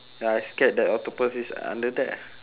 ya I scared that octopus is under there